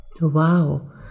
Wow